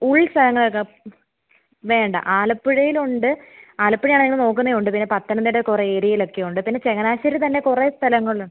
ഉൾ സ്ഥലങ്ങളൊക്കെ വേണ്ട ആലപ്പുഴയിൽ ഉണ്ട് ആലപ്പുഴ ആണേ ഞങ്ങൾ നോക്കുന്നതുണ്ട് പിന്നെ പത്തനംതിട്ട കുറേ ഏരിയയിൽ ഒക്കെയുണ്ട് പിന്നെ ചങ്ങനാശ്ശേരിയിൽ തന്നെ കുറേ സ്ഥലങ്ങൾ